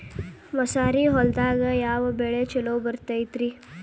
ಮಸಾರಿ ಹೊಲದಾಗ ಯಾವ ಬೆಳಿ ಛಲೋ ಬರತೈತ್ರೇ?